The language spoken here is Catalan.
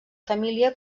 família